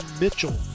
Mitchell